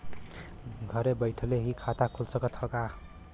घरे बइठले भी खाता खुल सकत ह का?